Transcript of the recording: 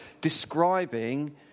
describing